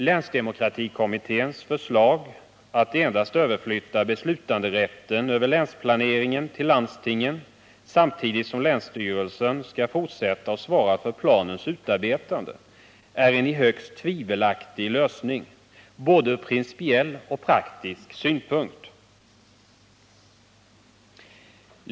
Länsdemokratikommitténs förslag att endast överflytta beslutanderätten över länsplaneringen till landstingen, samtidigt som länsstyrelsen skall fortsätta att svara för planens utarbetande, är en högst tvivelaktig lösning, ur både principiell och praktisk synpunkt.